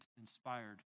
inspired